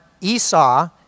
Esau